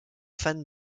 fan